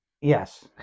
Yes